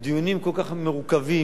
דיונים כל כך מורכבים,